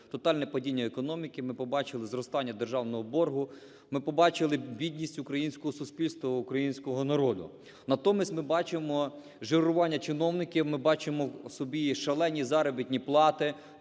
тотальне падіння економіки, ми побачили зростання державного боргу, ми побачили бідність українського суспільства, українського народу. Натомість ми бачимо жирування чиновників, ми бачимо собі шалені заробітні плати